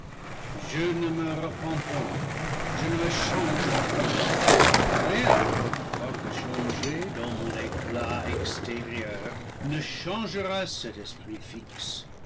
je ne me repens point je ne me change point rien quoique changé dans mon éclat extérieur ne changera cet esprit fixe